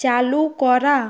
চালু করা